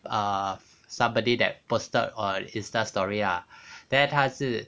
uh somebody that posted on insta story ah then 他是